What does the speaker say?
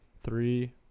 three